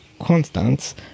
constants